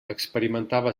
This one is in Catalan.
experimentava